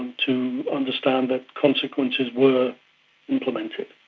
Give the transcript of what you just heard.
to understand that consequences were implemented.